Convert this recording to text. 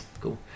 cool